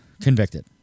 convicted